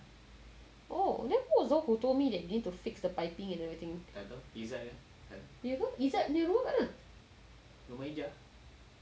oh then who was the one who told me that they need to fix the piping and everything ya ke izzad punya rumah dekat mana